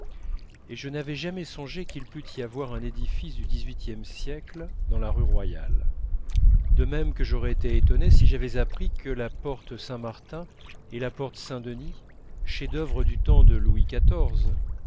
et je n'avais jamais songé qu'il pût y avoir un édifice du xviiie siècle dans la rue royale de même que j'aurais été étonné si j'avais appris que la porte saint-martin et la porte saint-denis chefs-d'œuvre du temps de louis